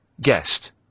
guest